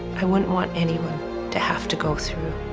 i wouldn't want anyone to have to go through